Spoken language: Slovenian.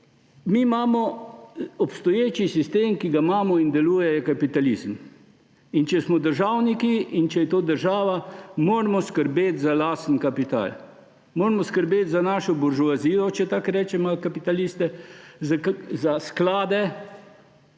Mi imamo obstoječi sistem, ki ga imamo in deluje, to je kapitalizem. In če smo državniki in če je to država, moramo skrbeti za lastni kapital. Moramo skrbeti za našo buržoazijo, če tako malo rečem, za kapitaliste, za sklade,